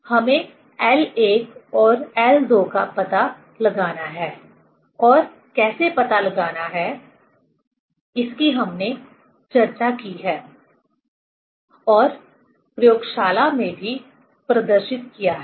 हमें l1 और l2 का पता लगाना है और कैसे पता लगाना है इसकी हमने चर्चा की है और प्रयोगशाला में भी प्रदर्शित किया है